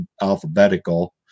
alphabetical